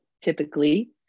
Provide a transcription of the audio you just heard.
typically